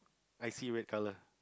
I see red colour